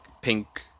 pink